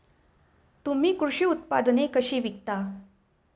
तुम्ही कृषी उत्पादने कशी विकता?